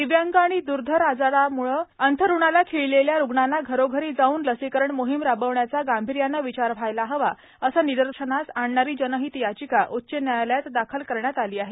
दिव्यांग आणि दूर्धर आजारामुळे अंथरुणाला खिळलेल्या रुग्णांना घरोघरी जाऊन लसीकरण मोहीम राबवण्याचा गांभीर्यानं विचार व्हायला हवा असं निदर्शनास आणणारी जनहित याचिका उच्च न्यायालयात दाखल करण्यात आली आहे